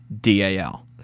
DAL